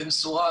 במשורה,